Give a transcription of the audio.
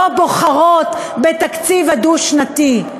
לא בוחרת בתקציב דו-שנתי?